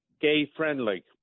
gay-friendly